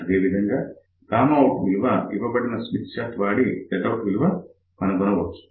అదేవిధంగా out విలువ ఇవ్వబడిన స్మిత్ చార్ట్ వాడి Zout విలువ కనుగొనవచ్చు